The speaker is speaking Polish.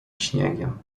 śniegiem